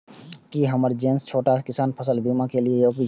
की हमर जैसन छोटा किसान फसल बीमा के लिये योग्य हय?